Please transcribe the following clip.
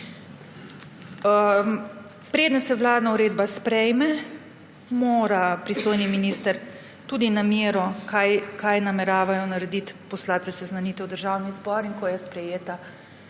Preden se vladna uredba sprejme, mora pristojni minister tudi namero, kaj nameravajo narediti, poslati v seznanitev v Državni zbor, in ko je sprejeta,